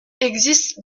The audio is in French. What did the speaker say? existe